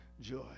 joy